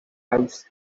price